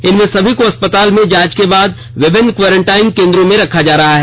इनमें सभी को अस्पताल में जाँच के बाद विभिन्न क्वरेंटाइन केंद्रों में रखा जा रहा है